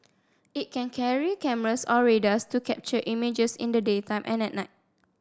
it can carry cameras or radars to capture images in the daytime and at night